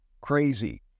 crazy